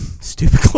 stupid